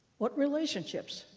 what relationships